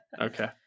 Okay